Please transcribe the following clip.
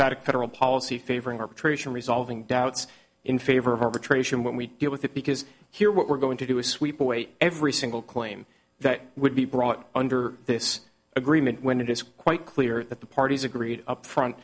credible policy favoring arbitration resolving doubts in favor of arbitration when we deal with it because here what we're going to do a sweep away every single claim that would be brought under this agreement when it is quite clear that the parties agreed upfront